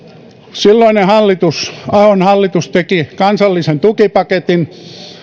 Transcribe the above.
silloinen hallitus ahon hallitus teki kansallisen tukipaketin